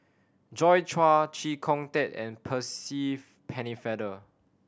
Joi Chua Chee Kong Tet and Percy Pennefather